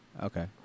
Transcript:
Okay